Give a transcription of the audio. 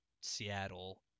seattle